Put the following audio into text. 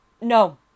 No